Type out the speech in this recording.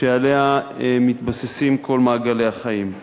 שעליה מתבססים כל מעגלי החיים.